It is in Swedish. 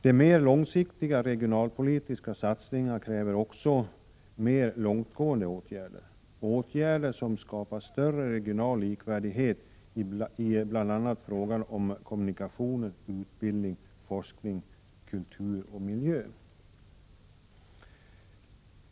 De mera långsiktiga regionalpolitiska satsningarna kräver också mer långtgående åtgärder — åtgärder som skapar större regional likvärdighet i bl.a. frågan om kommunikationer, utbildning och forskning, kultur och miljö.